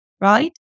right